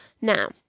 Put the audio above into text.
now